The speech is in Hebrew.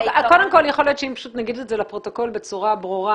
קודם כל יכול להיות שאם נגיד את זה לפרוטוקול בצורה ברורה,